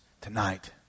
tonight